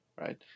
right